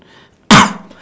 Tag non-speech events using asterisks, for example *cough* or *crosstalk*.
*coughs*